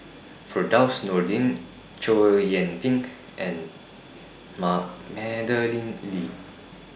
Firdaus Nordin Chow Yian Ping and Madeleine Lee